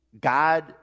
God